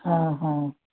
हँ हँ